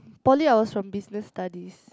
poly I was from business studies